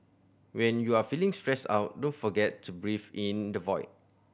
when you are feeling stressed out don't forget to breathe in the void